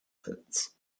pits